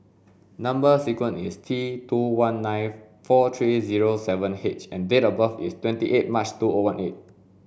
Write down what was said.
number sequence is T two one nine four three zero seven H and date of birth is twenty eight March two O one eight